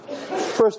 First